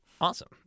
Awesome